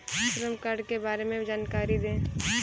श्रम कार्ड के बारे में जानकारी दें?